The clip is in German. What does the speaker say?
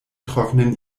trocknen